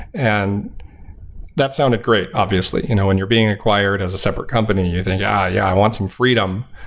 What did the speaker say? and that sounded great, obviously. you know when you're being acquired as a separate company you think, yeah, yeah i want some freedom.